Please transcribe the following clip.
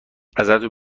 ازتون